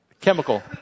Chemical